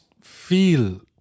feel